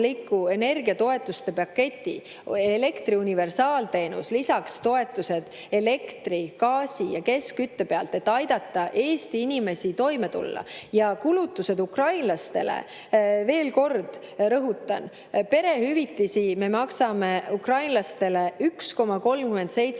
energiatoetuste paketi, elektri universaalteenus, lisaks toetused elektri, gaasi ja keskkütte pealt, et aidata Eesti inimesi toime tulla. Ja kulutused ukrainlastele. Veel kord rõhutan: perehüvitisi me maksame ukrainlastele 1,37% kõikidest